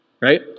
Right